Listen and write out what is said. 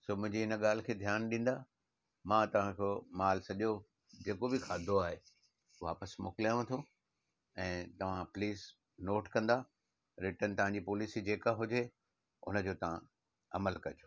सम्झी न इन ॻाल्हि खे ध्यानु ॾींदा मां तव्हां खो मालु सॼो जेको बि खाधो आहे वापसि मोकिलियांव थो ऐं तव्हां प्लीज़ नोट कंदा रिटन तव्हांजी पॉलिसी जेका हुजे हुन जो तव्हां अमलु कजो